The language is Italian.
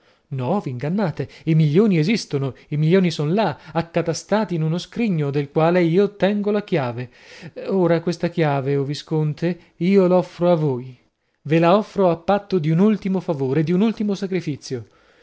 vi ingannate i milioni esistono i milioni son là accatastati in uno scrigno del quale io tengo la chiave ora questa chiave o visconte io l'offro a voi ve la offro a patto di un ultimo favore di un ultimo sacrifizio